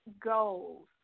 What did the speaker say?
goals